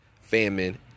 famine